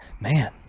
man